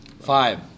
Five